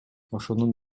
ошонун